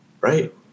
Right